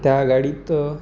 त्या गाडीत